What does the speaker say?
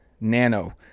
Nano